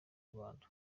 rwanda